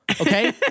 okay